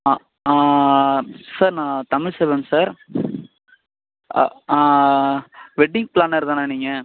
ஆ sir நான் Tamilselvan sir wedding planner தானே நீங்கள்